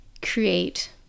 create